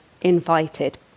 invited